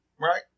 Right